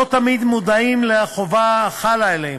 לא תמיד מודעים לחובה החלה עליהם.